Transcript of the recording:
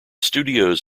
studios